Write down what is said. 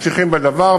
ממשיכים בדבר,